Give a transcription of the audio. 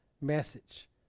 message